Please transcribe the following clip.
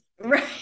Right